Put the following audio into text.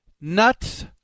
Nuts